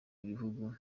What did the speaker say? bihugu